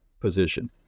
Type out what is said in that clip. position